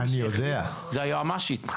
מי שהחליטה זה היועמ"שית,